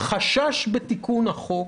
החשש בתיקון החוק